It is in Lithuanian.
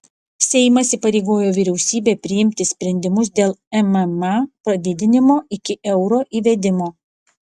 seimas įpareigojo vyriausybę priimti sprendimus dėl mma padidinimo iki euro įvedimo